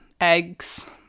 eggs